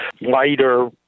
lighter